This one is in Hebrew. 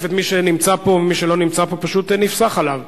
התשע"א 2011,